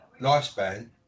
lifespan